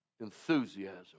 enthusiasm